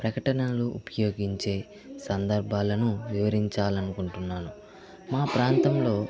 ప్రకటనలను ఉపయోగించే సందర్భాలను వివరించాలనుకుంటున్నాను మా ప్రాంతంలో